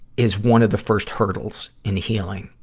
is one of the first hurdles in healing,